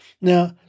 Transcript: Now